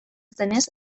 zenez